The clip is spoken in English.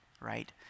right